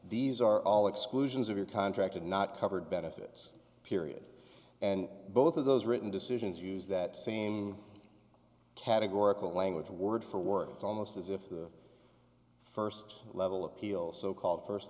these are all exclusions are contracted not covered benefits period and both of those written decisions use that same categorical language word for word it's almost as if the first level of appeal so called first